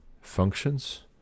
functions